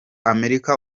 amerika